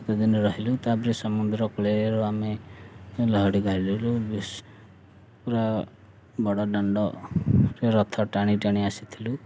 ସାତଦିନ ରହିଲୁ ତାପରେ ସମୁଦ୍ର କୋଳରୁ ଆମେ ଲହଡ଼ି ଗାହାରିଲଲୁ ପୁରା ବଡ଼ ଦାଣ୍ଡରେ ରଥ ଟାଣି ଟାଣି ଆସିଥିଲୁ